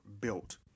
built